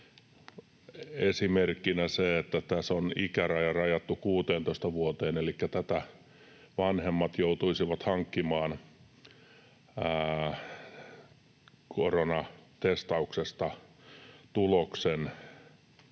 esimerkkinä se, että tässä on ikäraja rajattu 16 vuoteen, elikkä tätä vanhemmat joutuisivat hankkimaan koronatestauksesta tuloksen,